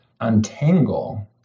untangle